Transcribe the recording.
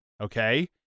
okay